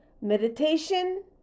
meditation